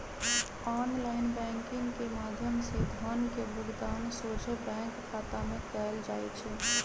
online banking के माध्यम से धन के भुगतान सोझे बैंक खता में कएल जाइ छइ